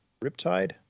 Riptide